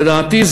לדעתי,